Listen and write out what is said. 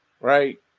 right